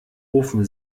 ofen